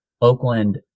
Oakland